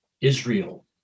Israel